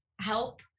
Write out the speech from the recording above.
help